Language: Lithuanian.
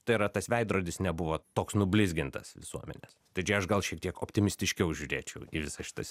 tai yra tas veidrodis nebuvo toks nublizgintas visuomenės tai čia aš gal šiek tiek optimistiškiau žiūrėčiau į visas šitas